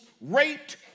raped